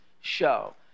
show